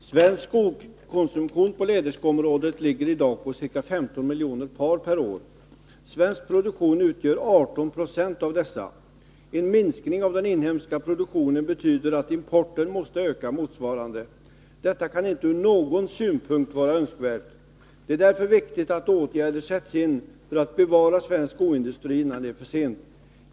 Herr talman! Svensk skokonsumtion på läderskoområdet ligger i dag på ca 15 miljoner par per år. Svensk produktion gör 18 20 av dessa. En minskning av den inhemska produktionen betyder att importen måste öka i motsvarande grad. Det kan inte ur någon synpunkt vara önskvärt. Det är därför viktigt att åtgärder sätts in för att bevara skoindustrin innan det är för sent.